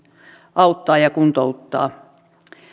auttaa ja kuntouttaa